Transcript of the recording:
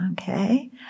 Okay